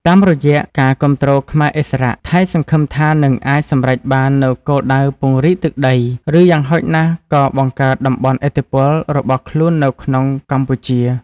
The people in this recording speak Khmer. តាមរយៈការគាំទ្រខ្មែរឥស្សរៈ ថៃសង្ឃឹមថានឹងអាចសម្រេចបាននូវគោលដៅពង្រីកទឹកដី ឬយ៉ាងហោចណាស់ក៏បង្កើតតំបន់ឥទ្ធិពលរបស់ខ្លួននៅក្នុងកម្ពុជា។